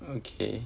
okay